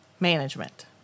management